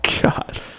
God